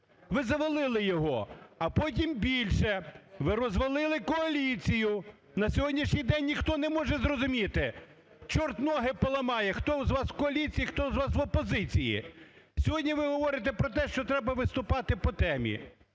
Ви завалили його. А потім більше – ви розвалили коаліцію На сьогоднішній день ніхто не може зрозуміти, чорт ноги поламає, хто з вас в коаліції, хто з вас опозиції. Сьогодні ви говорите про те, що треба виступати по темі.